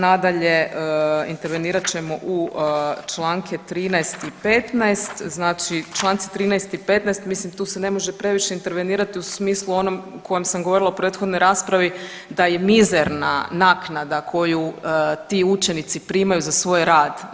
Nadalje, intervenirat ćemo u Članke 13. i 15., znači Članci 13. i 15. mislim tu se ne može previše intervenirati u smislu onom u kojem sam govorila u prethodnoj raspravi da je mizerna naknada koju ti učenici primaju za svoj rad.